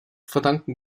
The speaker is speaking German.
verdanken